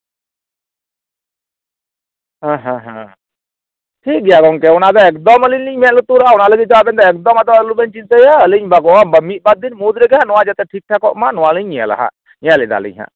ᱦᱮᱸ ᱦᱮᱸ ᱦᱮᱸ ᱴᱷᱤᱠ ᱜᱮᱭᱟ ᱜᱚᱢᱠᱮ ᱚᱱᱟ ᱫᱚ ᱮᱠᱫᱚᱢ ᱟᱞᱤᱧ ᱞᱤᱧ ᱢᱮᱫ ᱞᱩᱛᱩᱨᱟᱜᱼᱟ ᱚᱱᱟ ᱞᱟᱹᱜᱤᱫ ᱛᱮᱫᱚ ᱟᱵᱮᱱ ᱫᱚ ᱮᱠᱫᱚᱢ ᱟᱫᱚ ᱟᱞᱚᱵᱮᱱ ᱪᱤᱱᱛᱟᱹᱭᱟ ᱟᱞᱤᱧ ᱵᱟᱜᱟᱣᱟ ᱢᱤᱫ ᱵᱟᱨ ᱫᱤᱱ ᱢᱩᱫᱽ ᱨᱮᱜᱮ ᱦᱟᱸᱜ ᱱᱚᱣᱟ ᱡᱚᱛᱚ ᱴᱷᱤᱠ ᱴᱷᱟᱠᱚᱜ ᱢᱟ ᱱᱚᱣᱟ ᱞᱤᱧ ᱧᱮᱞᱟ ᱧᱮᱞᱫᱟᱞᱤᱧ ᱦᱟᱸᱜ